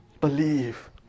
Believe